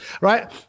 Right